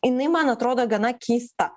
jinai man atrodo gana keista